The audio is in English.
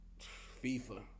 FIFA